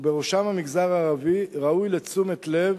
ובראשם המגזר הערבי, ראוי לתשומת לב